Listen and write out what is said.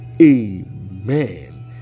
amen